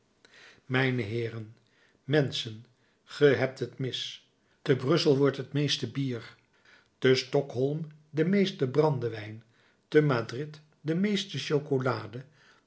mijne heeren menschen ge hebt het mis te brussel wordt het meeste bier te stockholm de meeste brandewijn te madrid de meeste chocolade